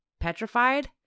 petrified